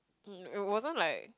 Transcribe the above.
it wasn't like